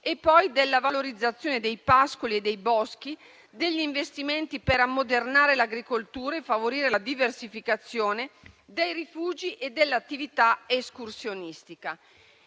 della valorizzazione dei pascoli e dei boschi, degli investimenti per ammodernare l'agricoltura e favorire la diversificazione, dei rifugi e dell'attività escursionistica.